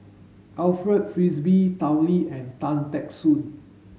Alfred Frisby Tao Li and Tan Teck Soon